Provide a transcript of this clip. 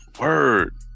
word